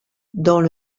dans